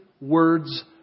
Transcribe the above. words